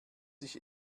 sich